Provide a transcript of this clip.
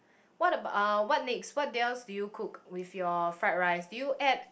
what about uh what next what else do you cook with your fried rice do you add